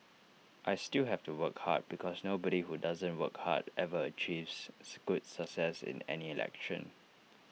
I still have to work hard because nobody who doesn't work hard ever achieves good success in any election